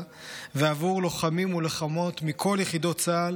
ועבור לוחמים ולוחמות מכל יחידות צה"ל